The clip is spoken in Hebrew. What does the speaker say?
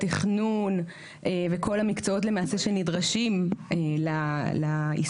תכנון וכל המקצועות למעשה שנדרשים לעיסוק בתכנון.